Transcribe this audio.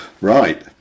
Right